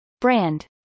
brand